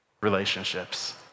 relationships